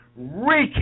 recap